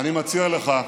אני מציע לך,